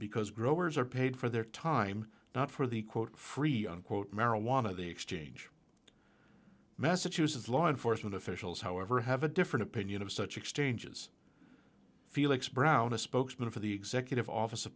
because growers are paid for their time not for the quote free unquote marijuana the exchange messages of law enforcement officials however have a different opinion of such exchanges felix brown a spokesman for the executive office